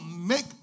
make